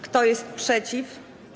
Kto jest przeciw?